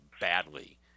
badly